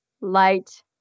light